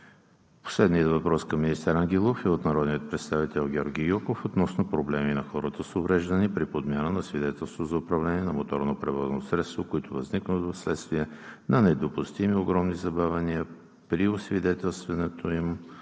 Последният въпрос към министър Ангелов е от народния представител Георги Гьоков относно проблеми на хората с увреждания при подмяна на свидетелство за управление на моторно превозно средство, които възникват вследствие на недопустими огромни забавяния при освидетелстването им